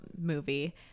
movie